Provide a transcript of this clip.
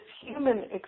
human